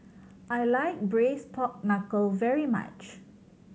I like Braised Pork Knuckle very much